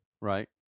Right